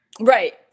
Right